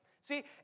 See